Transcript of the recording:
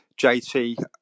JT